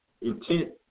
intent